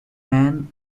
anne